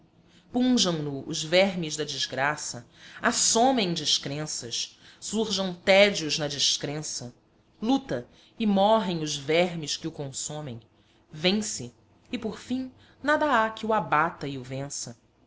punjam no os vermes da desgraça assomem descrenças surjam tédios na descrença luta e morrem os vermes que o consomem vence e por fim nada há que o abata e o vença